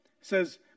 says